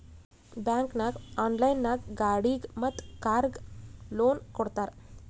bank ನಾಗ್ online ನಾಗ್ ಗಾಡಿಗ್ ಮತ್ ಕಾರ್ಗ್ ಲೋನ್ ಕೊಡ್ತಾರ್